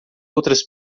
outras